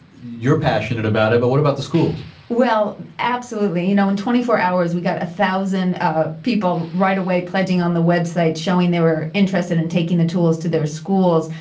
you're passionate about it, but what about the schools? well, absolutely. you know, in twenty four hours we got a thousand ah people right away pledging on the website, showing they were interested in taking the tools to their schools.